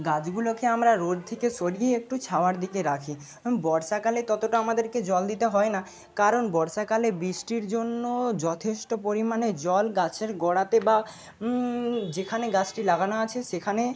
গাছগুলোকে আমরা রোদ থেকে সরিয়ে একটু ছাওয়ার দিকে রাখি বর্ষাকালে ততোটা আমাদেরকে জল দিতে হয় না কারণ বর্ষাকালে বৃষ্টির জন্য যথেষ্ট পরিমাণে জল গাছের গোড়াতে বা যেখানে গাছটি লাগানো আছে সেখানে